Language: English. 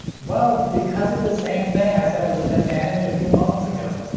well, because of the same thing i said was an advantage a few moments ago.